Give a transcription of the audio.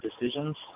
decisions